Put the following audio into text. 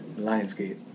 Lionsgate